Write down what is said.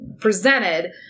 presented